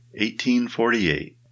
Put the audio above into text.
1848